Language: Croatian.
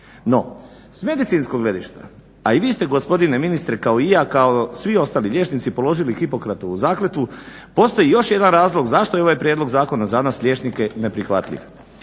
No s medicinskog gledišta, a i vi ste gospodine ministre kao i ja, kao svi ostali liječnici položili Hipokratovu zakletvu, postoji još jedan razlog zašto je ovaj prijedlog zakona za nas liječnike neprihvatljiv.